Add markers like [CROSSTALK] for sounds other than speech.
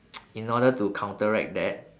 [NOISE] in order to counteract that